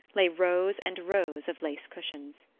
lay rows and rows of lace-cushions.